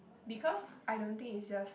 because I don't think it just